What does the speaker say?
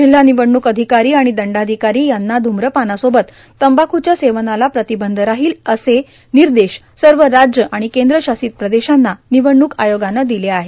जिल्हा निवडणूक अधिकारी आणि दंडाधिकारी यांना ध्म्रपानासोबत तंबाखुच्या सेवनाला प्रतिबंध राहील असे निर्देश सर्व राज्य आणि केंद्र शासित प्रदेशांना निवडण़क आयोगानं दिले आहेत